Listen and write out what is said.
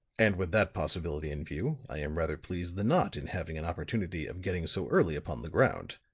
and with that possibility in view, i am rather pleased than not in having an opportunity of getting so early upon the ground.